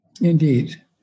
Indeed